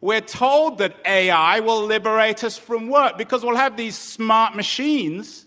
we're told that ai will liberate us from work because we'll have these smart machines